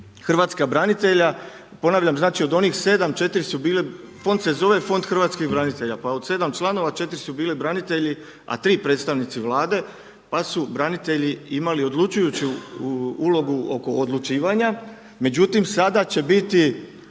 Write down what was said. Hrvatskih branitelja pa od 7 članova 4 su bili branitelji a 3 predstavnici Vlade pa su branitelji imali odlučujuću ulogu oko odlučivanja. Međutim sada će biti